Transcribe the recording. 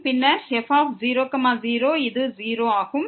இது 0 ஆகும்